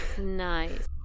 Nice